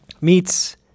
Meets